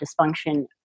dysfunction